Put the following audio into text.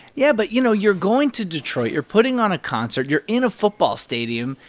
yeah, but, you know, you're going to detroit. you're putting on a concert. you're in a football stadium.